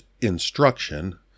instruction